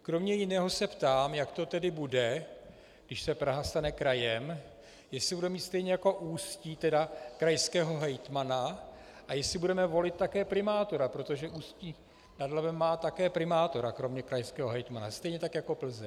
Kromě jiného se ptám, jak to tedy bude, když se Praha stane krajem, jestli bude mít stejně jako Ústí krajského hejtmana a jestli budeme volit také primátora, protože Ústí nad Labem má také primátora kromě krajského hejtmana, stejně tak jako Plzeň.